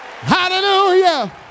Hallelujah